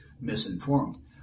misinformed